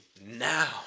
Now